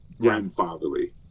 grandfatherly